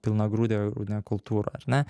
pilnagrūdė rūne kultūra ar ne